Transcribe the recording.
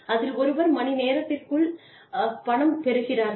அதில் ஒருவர் மணிநேரத்திற்குள் பணம் பெறுகிறார்கள்